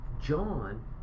John